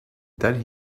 then